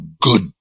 good